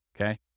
Okay